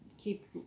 keep